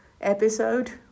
episode